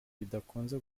bidakunze